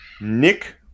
Nick